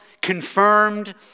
confirmed